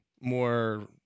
more